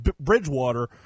Bridgewater